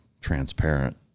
transparent